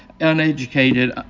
uneducated